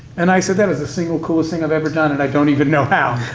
and i said, that is the single coolest thing i've ever done, and i don't even know how.